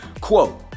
Quote